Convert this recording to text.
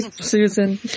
Susan